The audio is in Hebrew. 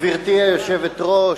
גברתי היושבת-ראש,